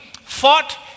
fought